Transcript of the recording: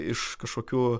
iš kažkokių